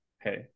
Hey